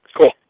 Cool